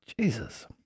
Jesus